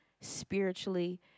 spiritually